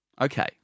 Okay